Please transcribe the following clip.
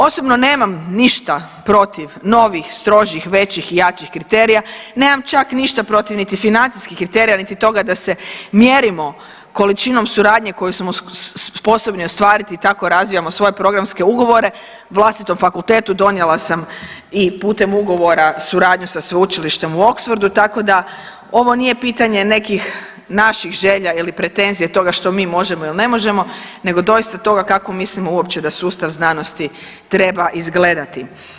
Osobno nemam ništa protiv novih, strožih, većih i jačih kriterija, nemam čak ništa protiv niti financijskih kriterija niti toga da se mjerimo količinom suradnje koju smo sposobni ostvariti i tako razvijamo svoje programske ugovore, vlastitom fakultetu donijela sam i putem ugovora suradnju sa sveučilištem u Oxfordu tako da ovo nije pitanje nekih naših želja ili pretenzija toga što mi možemo ili ne možemo nego doista toga kako mislimo uopće da sustav znanosti treba izgledati.